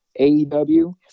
AEW